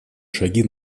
шаги